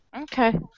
Okay